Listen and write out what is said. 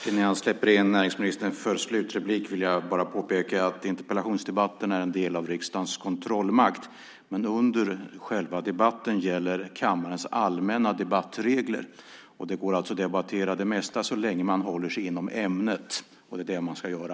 Innan jag släpper in näringsministern för slutreplik vill jag bara påpeka att interpellationsdebatten är en del av riksdagens kontrollmakt, men under själva debatten gäller kammarens allmänna debattregler. Det går att debattera det mesta så länge man håller sig inom ämnet. Det är det man ska göra.